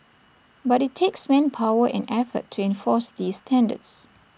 but IT takes manpower and effort to enforce these standards